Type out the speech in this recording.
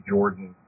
Jordan